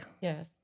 Yes